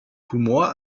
humor